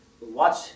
watch